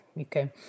Okay